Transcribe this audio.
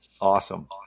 Awesome